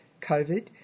COVID